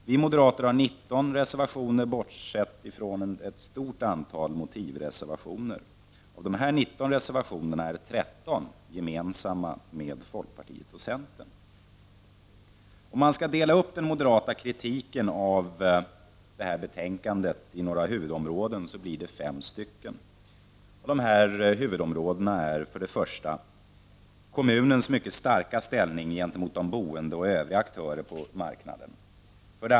Moderaterna har 19 reservationer, bortsett från ett stort antal motivreservationer. Av dessa 19 är 13 gemensamma med folkpartiet och centern. Om man skall dela upp den moderata kritiken i några huvudområden blir dessa fem. Dessa huvudområden är: 1. Kommunens mycket starka ställning gentemot de boende och övriga aktörer på bostadsmarknaden.